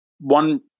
One